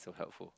so helpful